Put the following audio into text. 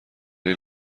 این